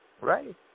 Right